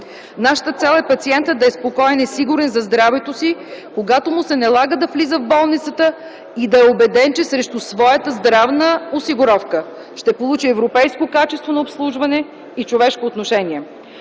Нашата цел е пациентът да е спокоен и сигурен за здравето си, когато му се налага да влиза в болницата и да е убеден, че срещу своята здравна осигуровка ще получи европейско качество на обслужване и човешко отношение.